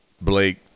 Blake